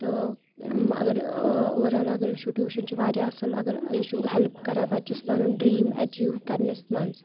تہٕ اوٚورآل اگر وٕچھو ٹیوٗشن چھُ واریاہ اصٕل اگر یہِ چھُ ہٮ۪لٕپ کران بچَس پنُن ڈریٖم ایٚچیٖو کرنس منٛز